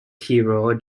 hero